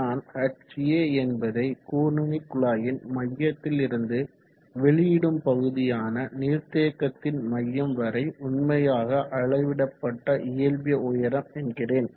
நான் Ha என்பதை கூர்நுனிக்குழாயின் மையத்திலிருந்து வெளியிடும் பகுதியான நீர்தேக்கத்தின் மையம் வரை உண்மையாக அளவிடப்பட்ட இயல்பிய உயரம் என்கிறேன்